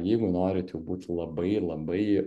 jeigu norit jau būti labai labai